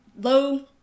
low